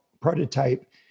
prototype